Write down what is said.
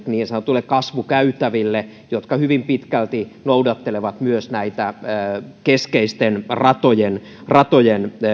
niin sanotuille kasvukäytäville jotka hyvin pitkälti noudattelevat myös keskeisten ratojen ratojen